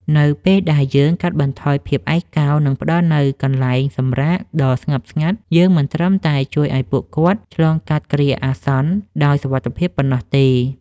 នៅពេលដែលយើងកាត់បន្ថយភាពឯកោ និងផ្ដល់នូវកន្លែងសម្រាកដ៏ស្ងប់ស្ងាត់ យើងមិនត្រឹមតែជួយឱ្យពួកគាត់ឆ្លងកាត់គ្រាអាសន្នដោយសុវត្ថិភាពប៉ុណ្ណោះទេ។